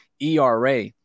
ERA